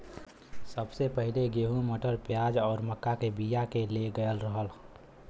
सबसे पहिले गेंहू, मटर, प्याज आउर मक्का के बिया के ले गयल रहल